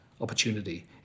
opportunity